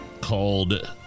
called